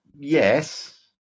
yes